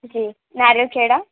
जी Nariyal Kheda